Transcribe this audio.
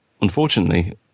Unfortunately